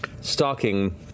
stalking